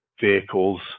vehicles